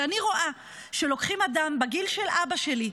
כשאני רואה שלוקחים אדם בגיל של אבא שלי,